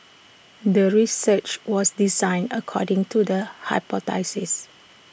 the research was designed according to the hypothesis